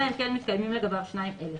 אלא אם כן מתקיימים לגביו שניים אלה: